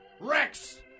Rex